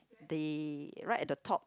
the right at the top